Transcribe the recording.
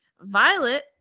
violet